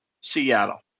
Seattle